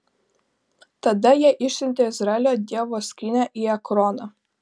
tada jie išsiuntė izraelio dievo skrynią į ekroną